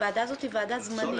הועדה הזאת היא ועדה זמנית.